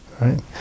right